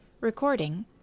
Recording